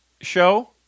show